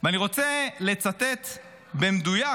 ואני רוצה לצטט במדויק